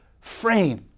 frame